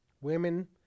Women